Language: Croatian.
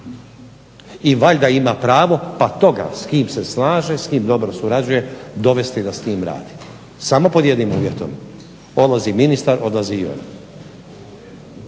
I valjda ima pravo pa toga s kim se slaže, s kim dobro surađuje dovesti da s njim radi. Samo pod jednim uvjetom, odlazi ministar odlazi i on.